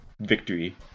victory